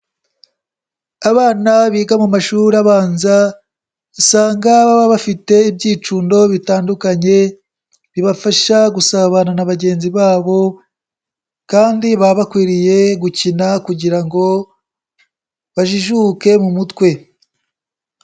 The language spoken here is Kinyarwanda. Abana biga mu mashuri abanza usanga baba bafite ibyicundo bitandukanye, bibafasha gusabana na bagenzi babo kandi baba bakwiriye gukina kugira ngo bajijuke mu mutwe.